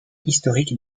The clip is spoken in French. historique